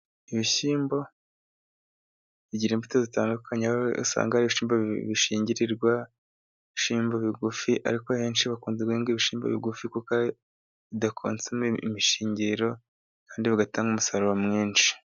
Ibishyimbo bigira imbuto zitandukanye, aho usanga hari ibishyimbo bishingirirwa n'ibishyimbo bigufi, ariko ahenshi bakunze guhinga ibishyimbo bigufi, kuko bidakonsoma imishingiriro kandi bigatanga umusaruro mwinshi.